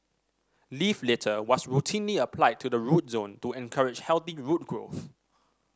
leaf litter was routinely applied to the root zone to encourage healthy root growth